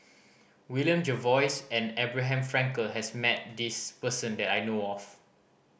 William Jervois and Abraham Frankel has met this person that I know of